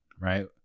right